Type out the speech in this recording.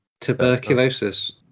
Tuberculosis